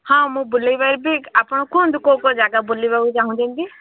ହଁ ମୁଁ ବୁଲାଇ ପାରିବି ଆପଣ କୁହନ୍ତୁ କେଉଁ କେଉଁ ଜାଗା ବୁଲିବାକୁ ଚାହୁଁଛନ୍ତି